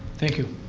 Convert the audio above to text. thank you.